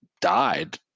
died